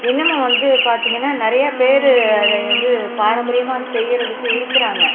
இன்னமும் வந்து பார்த்திங்கன்னா நிறையா பேர் அதை வந்து பாரம்பரியமாக செய்கிறதுக்கு இருக்கிறாங்க